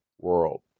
world